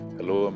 Hello